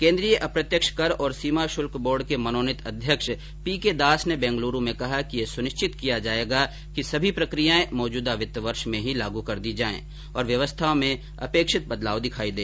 केन्द्रीय अप्रत्यक्ष कर और सीमा शुल्क बोर्ड के मनोनीत अध्यक्ष पीके दास ने बेंगलूरु में कहा कि यह सुनिश्चित किया जाएगा कि सभी प्रक्रियाएं मौजूदा वित्त वर्ष में ही लागू कर दी जाए और व्यवस्था में अपेक्षित बदलाव दिखाई दे